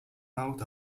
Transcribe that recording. out